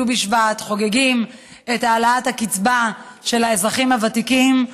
את ט"ו בשבט וחוגגים את העלאת הקצבה של האזרחים הוותיקים,